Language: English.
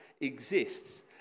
exists